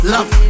Love